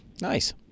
Nice